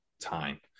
time